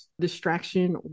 distraction